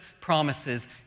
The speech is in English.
promises